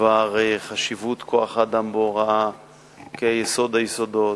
בדבר חשיבות כוח-האדם בהוראה כיסוד היסודות.